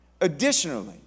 Additionally